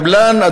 הקבלן,